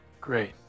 Great